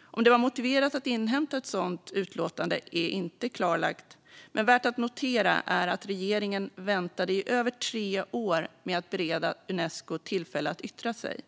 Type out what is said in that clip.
Om det var motiverat att inhämta ett sådant utlåtande är inte klarlagt, men värt att notera är att regeringen väntade i över tre år med att bereda Unesco tillfälle att yttra sig.